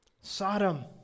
Sodom